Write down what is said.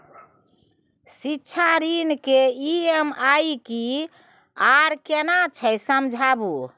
शिक्षा ऋण के ई.एम.आई की आर केना छै समझाबू?